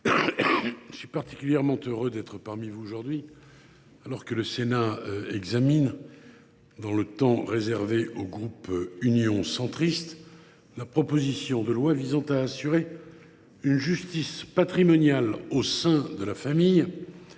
je suis particulièrement heureux d’être parmi vous alors que Sénat examine, dans l’ordre du jour réservé au groupe Union Centriste, la proposition de loi visant à assurer une justice patrimoniale au sein de la famille,